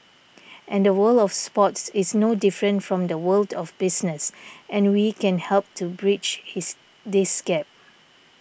and the world of sports is no different from the world of business and we can help to bridge his this gap